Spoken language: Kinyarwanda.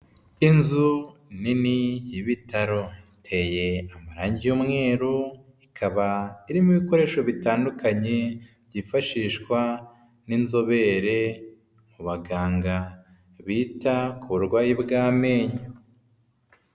Inzu nini y'ibitaro iteye amarange y'umweru ikaba irimo ibikoresho bitandukanye byifashishwa n'inzobere ku baganga bita ku burwayi bw'amenyo.